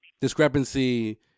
discrepancy